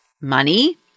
money